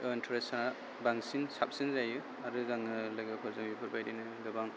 इनटारेस्टआ बांसिन साबसिन जायो आरो आङो लोगोफोरजों बेफोरबायदिनो गोबां